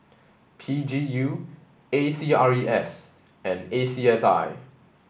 P G U A C R E S and A C S I